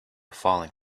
falling